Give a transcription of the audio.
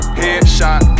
headshot